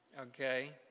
okay